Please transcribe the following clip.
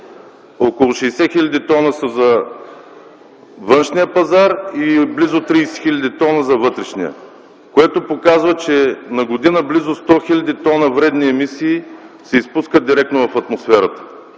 Около 60 хил. тона са за външния пазар и близо 30 хил. тона - за вътрешния, което показва, че на година близо 100 хил. тона вредни емисии се изпускат директно в атмосферата.